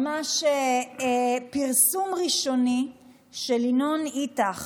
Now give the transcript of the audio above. ממש פרסום ראשוני של ינון איטח